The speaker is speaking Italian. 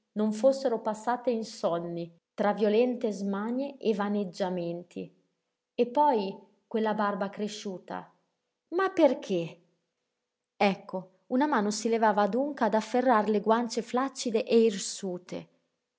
non fossero passate insonni tra violente smanie e vaneggiamenti e poi quella barba cresciuta ma perché ecco una mano si levava adunca ad afferrar le guance flaccide e irsute